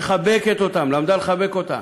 מחבקת אותם, למדה לחבק אותם,